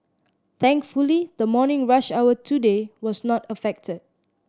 thankfully the morning rush hour today was not affected